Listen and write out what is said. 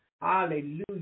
Hallelujah